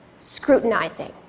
scrutinizing